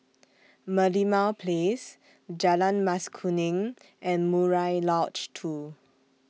Merlimau Place Jalan Mas Kuning and Murai Lodge two